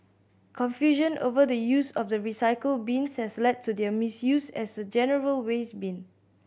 confusion over the use of the recycle bins has led to their misuse as a general waste bin